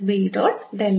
B B